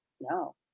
no